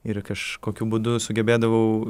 ir kažkokiu būdu sugebėdavau